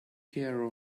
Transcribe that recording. care